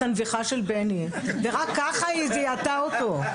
הנביחה של בני ורק ככה היא זיהתה אותו,